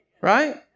Right